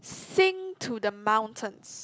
sing to the mountaind